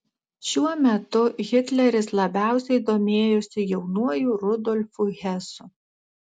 šiuo metu hitleris labiausiai domėjosi jaunuoju rudolfu hesu